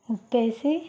ఉప్పు వేసి